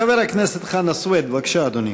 חבר הכנסת חנא סוייד, בבקשה, אדוני.